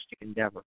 endeavor